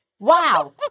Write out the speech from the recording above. Wow